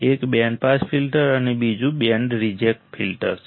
એક band pass filter છે અને બીજું બેન્ડ રિજેક્ટ ફિલ્ટર્સ છે